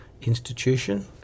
institution